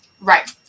right